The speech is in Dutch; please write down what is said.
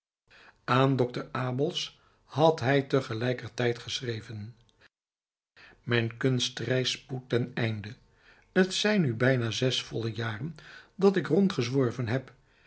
dokter abels had hij te gelijker tijd geschreven mijn kunstreis spoedt ten einde t zijn nu bijna zes volle jaren dat ik rondgezworven heb